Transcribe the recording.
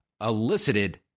elicited